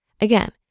Again